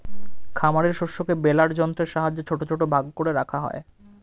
খামারের শস্যকে বেলার যন্ত্রের সাহায্যে ছোট ছোট ভাগ করে রাখা হয়